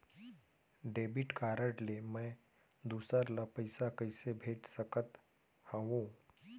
Debit card ले मैं दूसर ला पइसा कइसे भेज सकत हओं?